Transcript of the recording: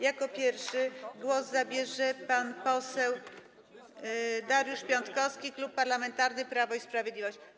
Jako pierwszy głos zabierze pan poseł Dariusz Piontkowski, Klub Parlamentarny Prawo i Sprawiedliwość.